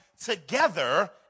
together